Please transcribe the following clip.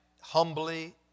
humbly